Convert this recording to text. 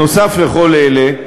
נוסף על כל אלה,